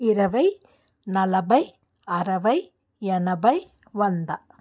ఇరవై నలభై అరవై ఎనభై వంద